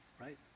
right